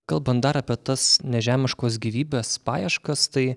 kalbant dar apie tas nežemiškos gyvybės paieškas tai